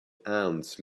ants